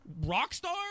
Rockstar